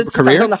career